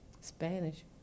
Spanish